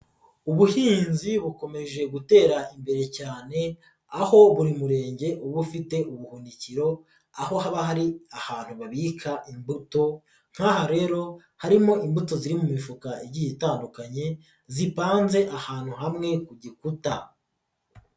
Ubuhinzi bukomeje gutera imbere cyane aho buri Murenge uba ufite ubuhunikiro aho haba hari ahantu babika imbuto nk'aha rero harimo imbuto ziri mu mifuka igiye itandukanye zipanze ahantu hamwe ku gikuta.